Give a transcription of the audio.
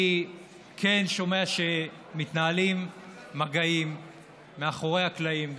אני כן שומע שמתנהלים מגעים מאחורי הקלעים,